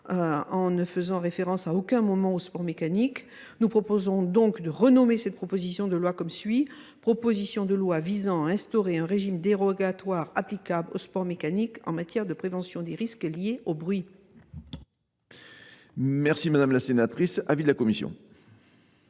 en ne faisant référence à aucun moment au sport mécanique. Nous proposons donc de renommer cette proposition de loi comme suit, proposition de loi visant à instaurer un régime dérogatoire applicable au sport mécanique en matière de prévention des risques liés au bruit. Merci madame la sénatrice, avis de la commission.